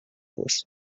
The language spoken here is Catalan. vos